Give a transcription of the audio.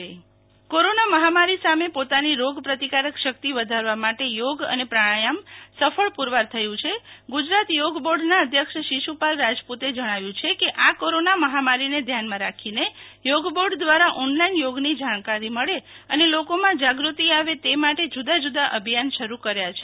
શિતલ વૈશ્નવ યોગ અધ્યક્ષ કોરોના મહામારી સામે પોતાની રોગપ્રતિકારક શક્તિ વધારવા માટે થોગ પ્રાણાથામ સફળ પુરવાર થયુ છે ગુજરાત યોગ બોર્ડના અધ્યક્ષ શિશુ પાલ રાજપુ તે જણાવ્યુ છે કે આ કોરોના મહામારીને ધ્યાનમાં રાખીને થોગબોર્ડ દ્રારા ઓનલાઈન થોગની જાણકારી મળે અને લોકોમાં જાગૃતિ આવે તે માટે જુદાજુદા અભિયાન શરૂ કર્યા છે